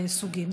הסוגים.